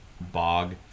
bog